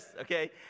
Okay